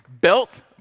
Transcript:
Belt